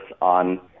on